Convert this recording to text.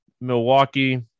Milwaukee